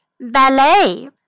ballet